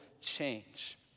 change